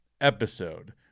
episode